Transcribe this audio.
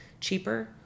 cheaper